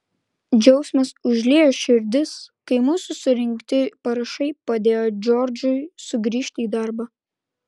džiaugsmas užliejo širdis kai mūsų surinkti parašai padėjo džordžui sugrįžti į darbą